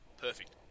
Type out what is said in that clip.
Perfect